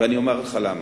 ואני אומר לך למה.